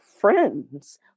friends